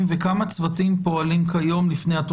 וכמובן גורמים